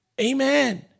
Amen